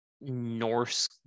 Norse